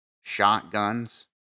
shotguns